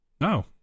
No